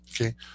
Okay